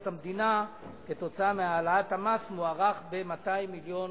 המדינה כתוצאה מהעלאת המס מוערך ב-200 מיליון